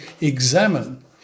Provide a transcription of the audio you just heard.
examine